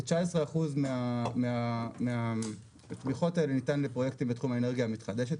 כ-19 אחוזים מהתמיכות האלה ניתנים לפרויקטים בתחום האנרגיה המתחדשת,